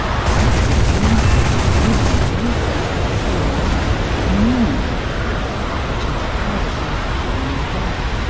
the opposite is midday or noon which is twelve o'clock during the day.